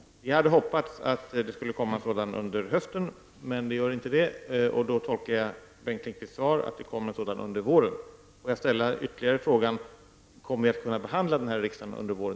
Vi hade hoppats att en sådan skulle komma under hösten, men så är inte fallet. Jag tolkar Bengt Lindqvists svar så, att en sådan proposition kommer under våren. Jag vill också fråga: Kommer vi även att kunna behandla propositionen här i riksdagen under våren?